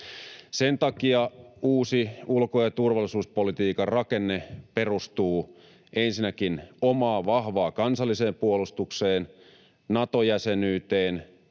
Sen takia uusi ulko- ja turvallisuuspolitiikan rakenne perustuu ensinnäkin omaan vahvaan kansalliseen puolustukseen, Nato-jäsenyyteen,